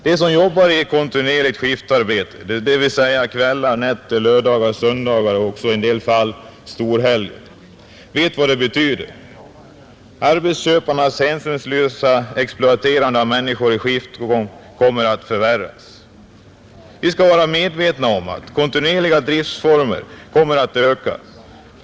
De som jobbar i kontinuerligt skiftarbete, dvs. kvällar, nätter, lördagar och söndagar och i en del fall också vid storhelger, vet vad detta betyder. Arbetsköparnas hänsynslösa exploaterande av människor i skiftgång kommer att förvärras. Vi skall vara medvetna om att kontinuerliga driftformer kommer att öka.